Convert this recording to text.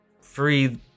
Free